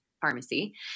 pharmacy